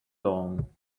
long